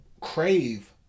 crave